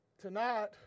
tonight